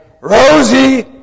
Rosie